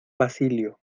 basilio